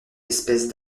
espèces